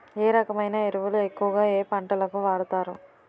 ఏ రకమైన ఎరువులు ఎక్కువుగా ఏ పంటలకు వాడతారు?